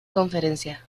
conferencia